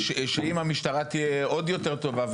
שאם המשטרה תהיה עוד יותר טובה,